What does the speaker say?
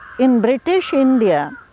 in british india,